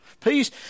Peace